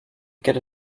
get